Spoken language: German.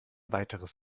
weiteres